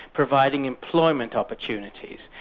providing employment opportunities,